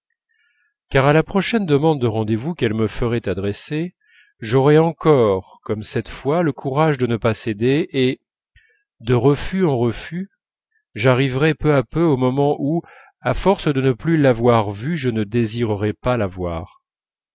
car à la prochaine demande de rendez-vous qu'elle me ferait adresser j'aurais encore comme cette fois le courage de ne pas céder et de refus en refus j'arriverais peu à peu au moment où à force de ne plus l'avoir vue je ne désirerais pas la voir